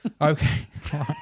Okay